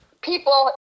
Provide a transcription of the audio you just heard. people